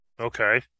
okay